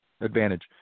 advantage